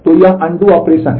तो यह undo operation है